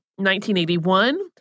1981